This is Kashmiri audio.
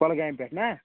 کۄلگامہِ پٮ۪ٹھ نا